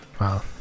Wow